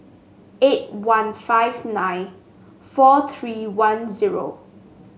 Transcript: eight one five nine four three one zero